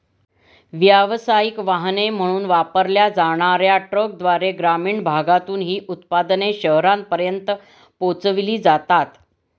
व्यावसायिक वाहने म्हणून वापरल्या जाणार्या ट्रकद्वारे ग्रामीण भागातून ही उत्पादने शहरांपर्यंत पोहोचविली जातात